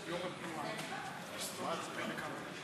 להלן תוצאות ההצבעה: